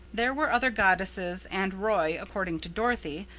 there were other goddesses, and roy, according to dorothy,